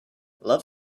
love